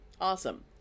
awesome